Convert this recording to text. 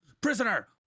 Prisoner